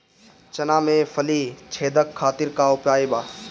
चना में फली छेदक खातिर का उपाय बा?